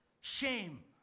shame